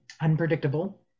unpredictable